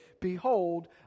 Behold